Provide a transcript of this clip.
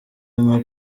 nko